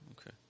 okay